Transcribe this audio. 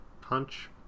punch